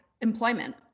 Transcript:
employment